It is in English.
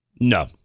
No